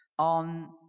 on